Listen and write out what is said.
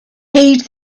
heed